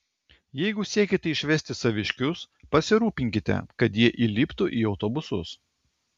jeigu siekiate išvesti saviškius pasirūpinkite kad jie įliptų į autobusus